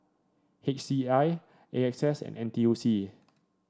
H C I A X S and N T U C